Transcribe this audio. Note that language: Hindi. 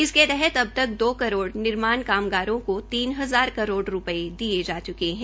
इसके तहत अबतक दो करोड़ निर्माण कामगारों को तीन हजार करोड़ रूपये दिये जा चुके है